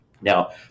Now